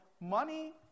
money